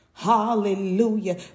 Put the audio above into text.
Hallelujah